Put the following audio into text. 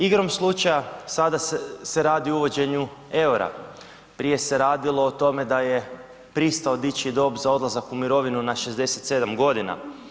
Igrom slučaja sada se radi o uvođenju eura, prije se radilo o tome da je pristao dići dob za odlazak u mirovinu na 67 godina.